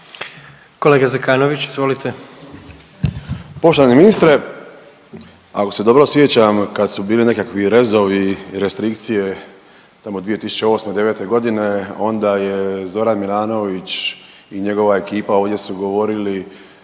Kolega Zekanović, izvolite.